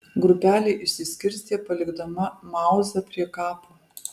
grupelė išsiskirstė palikdama mauzą prie kapo